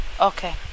Okay